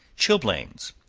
chilblains.